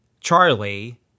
Charlie